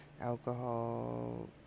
alcohol